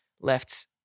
left